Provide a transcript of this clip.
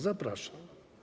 Zapraszam.